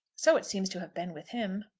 so it seems to have been with him.